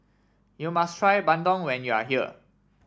you must try Bandung when you are here